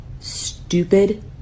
stupid